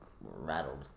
rattled